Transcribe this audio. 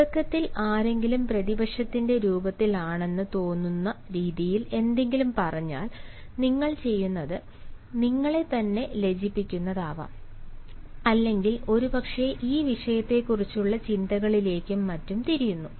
തുടക്കത്തിൽ ആരെങ്കിലും പ്രതിപക്ഷത്തിന്റെ രൂപത്തിലാണെന്ന് തോന്നുന്ന രീതിയിൽ എന്തെങ്കിലും പറഞ്ഞാൽ നിങ്ങൾ ചെയ്യുന്നത് നിങ്ങളെ തന്നെ ലജ്ജിപ്പിക്കുന്നതാകാം അല്ലെങ്കിൽ ഒരുപക്ഷേ ഈ വിഷയത്തെക്കുറിച്ചുള്ള ചിന്തകളിലേക്കും മറ്റും തിരിയുന്നു